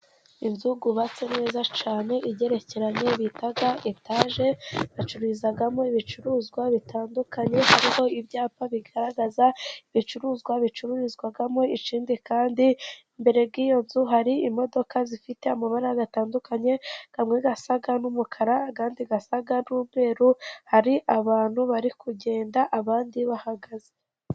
Inzu yubatse neza cyane igerekeranye bita etaje. Bacururizamo ibicuruzwa bitandukanye. Hariho ibyapa bigaragaza ibicuruzwa bicururizwamo . Ikindi kandi imbere y'iyo nzu hari imodoka zifite amabara atandukanye .Amwe asa n'umukara andi asa n'umweru. Hari abantu bari kugenda abandi bahagaze.